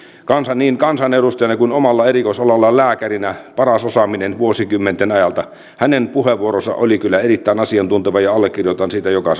niin kansanedustajana kuin omalla erikoisalallaan lääkärinä paras osaaminen vuosikymmenten ajalta hänen puheenvuoronsa oli kyllä erittäin asiantunteva ja allekirjoitan siitä joka